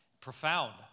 profound